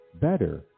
better